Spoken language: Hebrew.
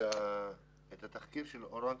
לחכות שהחיילים